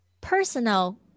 personal